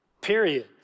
Period